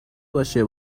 باشه